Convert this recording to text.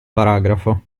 paragrafo